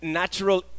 natural